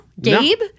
Gabe